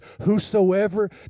whosoever